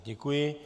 Děkuji.